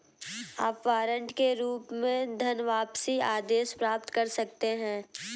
आप वारंट के रूप में धनवापसी आदेश प्राप्त कर सकते हैं